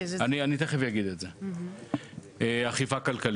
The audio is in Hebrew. בנוגע לאכיפה כלכלית.